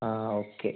ആ ഓക്കെ